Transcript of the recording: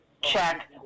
check